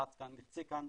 לחץ/י כאן